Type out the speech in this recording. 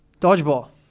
Dodgeball